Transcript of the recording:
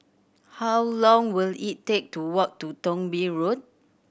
how long will it take to walk to Thong Bee Road